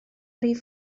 rif